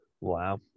Wow